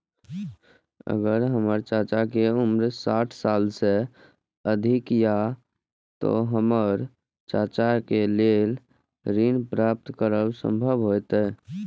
अगर हमर चाचा के उम्र साठ साल से अधिक या ते हमर चाचा के लेल ऋण प्राप्त करब संभव होएत?